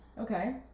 Okay